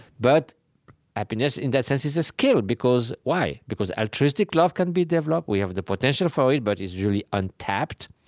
but happiness in that sense is a skill. because why? because altruistic love can be developed. we have the potential for it, but it's really untapped.